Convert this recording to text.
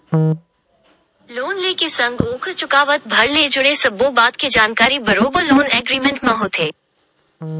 loan ले के संग ओखर चुकावत भर ले जुड़े सब्बो बात के जानकारी बरोबर लोन एग्रीमेंट म होथे